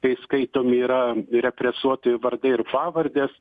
kai skaitom yra represuotųjų vardai ir pavardės